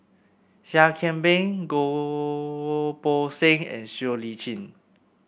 Seah Kian Peng Goh Poh Seng and Siow Lee Chin